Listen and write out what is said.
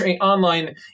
online